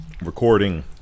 Recording